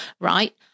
Right